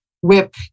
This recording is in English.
whip